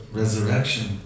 resurrection